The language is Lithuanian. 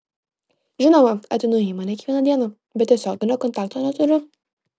žinoma ateinu į įmonę kiekvieną dieną bet tiesioginio kontakto neturiu